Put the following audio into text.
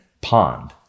pond